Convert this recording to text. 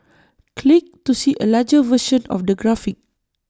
click to see A larger version of the graphic